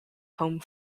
home